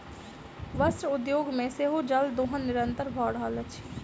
वस्त्र उद्योग मे सेहो जल दोहन निरंतन भ रहल अछि